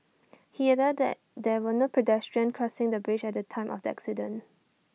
he added that there were no pedestrian crossing the bridge at the time of the accident